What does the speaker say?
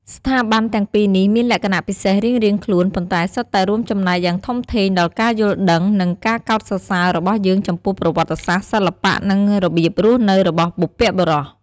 ស្ថាប័នទាំងពីរនេះមានលក្ខណៈពិសេសរៀងៗខ្លួន ប៉ុន្តែសុទ្ធតែរួមចំណែកយ៉ាងធំធេងដល់ការយល់ដឹង និងការកោតសរសើររបស់យើងចំពោះប្រវត្តិសាស្ត្រ សិល្បៈ និងរបៀបរស់នៅរបស់បុព្វបុរស។